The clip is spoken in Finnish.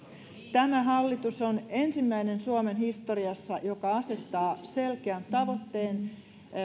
tämä hallitus on ensimmäinen suomen historiassa joka asettaa selkeän tavoitteen